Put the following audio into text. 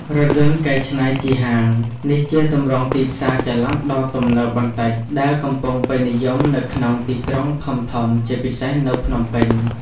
រថយន្តកែច្នៃជាហាង នេះជាទម្រង់ទីផ្សារចល័តដ៏ទំនើបបន្តិច ដែលកំពុងពេញនិយមនៅក្នុងទីក្រុងធំៗ ជាពិសេសនៅភ្នំពេញ។